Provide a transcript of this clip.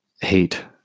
hate